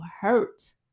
hurt